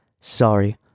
Sorry